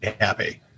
happy